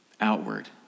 outward